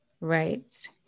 right